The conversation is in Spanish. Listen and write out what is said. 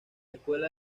escuela